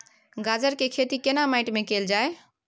गाजर के खेती केना माटी में कैल जाए?